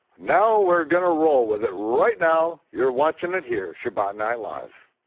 now we're gonna roll with it. right now, you're watching it here, shabbat night live.